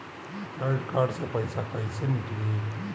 Credit card से पईसा केइसे निकली?